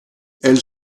elle